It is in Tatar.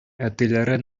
әтиләре